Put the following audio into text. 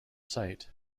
site